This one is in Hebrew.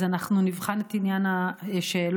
אז אנחנו נבחן את עניין השאלות.